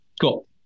cool